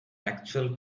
actual